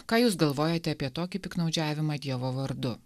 ką jūs galvojate apie tokį piktnaudžiavimą dievo vardu